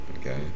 Okay